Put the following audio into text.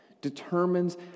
determines